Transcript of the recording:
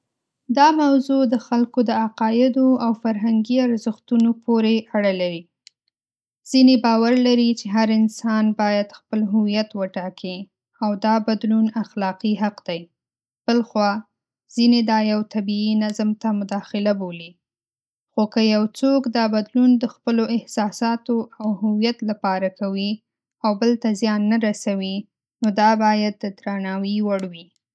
دا موضوع د خلکو د عقایدو او فرهنګي ارزښتونو پورې اړه لري. ځینې باور لري چې هر انسان باید خپل هویت وټاکي، او دا بدلون اخلاقي حق دی. بل خوا، ځینې دا یو طبیعي نظم ته مداخله بولي. خو که یو څوک دا بدلون د خپلو احساساتو او هویت لپاره کوي، او بل ته زیان نه رسوي، نو دا باید د درناوي وړ وي.